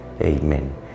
Amen